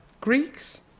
Greeks